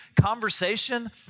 conversation